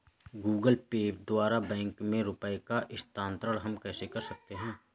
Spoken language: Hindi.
गूगल पे द्वारा बैंक में रुपयों का स्थानांतरण हम कैसे कर सकते हैं?